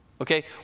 Okay